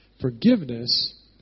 forgiveness